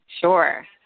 Sure